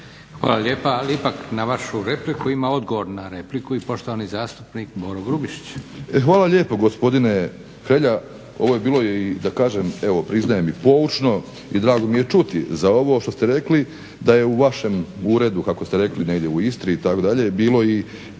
Hvala lijepa. Ali ipak na vašu replika ima odgovor na repliku i poštovani zastupnik Boro Grubišić. **Grubišić, Boro (HDSSB)** Hvala lijepo, gospodine Hrelja. Ovo je bilo da kažem, evo priznajem i poučno i drago mi je čuti za ovo što ste rekli da je u vašem uredu kako ste rekli negdje u Istri itd. bilo i